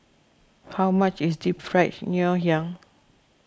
how much is Deep Fried Ngoh Hiang